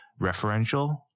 referential